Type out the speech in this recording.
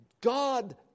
God